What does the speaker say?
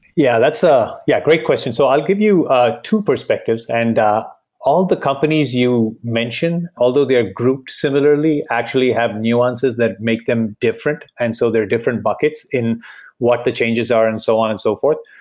yeah, a ah yeah great question. so i'll give you ah two perspectives, and all the companies you mentioned, although they are grouped similarly, actually have nuances that make them different. and so there are different buckets in what the changes are and so on and so forth.